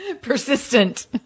persistent